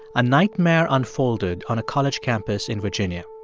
a nightmare unfolded on a college campus in virginia.